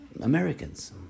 Americans